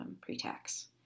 pre-tax